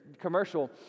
commercial